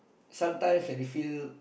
sometimes when you feel